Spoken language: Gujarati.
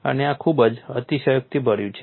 અને આ ખૂબ જ અતિશયોક્તિભર્યું છે